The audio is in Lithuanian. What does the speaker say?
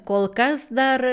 kol kas dar